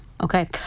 Okay